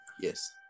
Yes